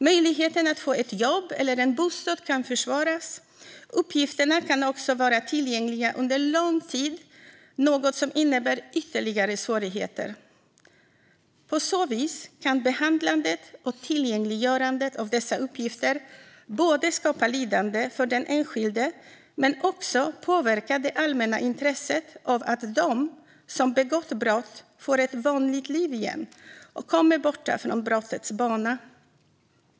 Möjligheten att få ett jobb eller en bostad kan försvåras. Uppgifterna kan också vara tillgängliga under lång tid, något som innebär ytterligare svårigheter. På så vis kan behandlandet och tillgängliggörandet av dessa uppgifter skapa lidande för den enskilde, men också påverka det allmänna intresset av att de som har begått brott får ett vanligt liv igen och kommer bort från brottets bana.